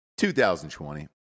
2020